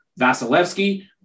vasilevsky